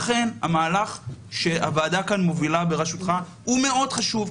לכן המהלך שהוועדה מובילה בראשותך הוא מאוד חשוב.